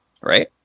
Right